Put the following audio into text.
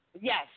Yes